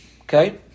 Okay